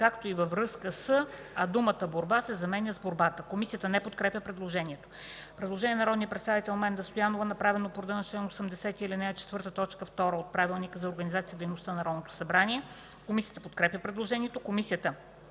както и във връзка с”, а думата „борба” се заменя с „борбата”.” Комисията не подкрепя предложението. Предложение на народния представител Менда Стоянова, направено по реда на чл. 80, ал. 4, т. 2 от Правилника за организацията и дейността на Народното събрание. Комисията подкрепя предложението. Комисията